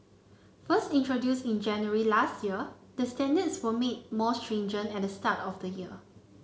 first introduced in January last year the standards were made more stringent at the start of the year